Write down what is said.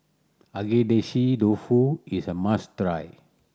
Agedashi Dofu is a must try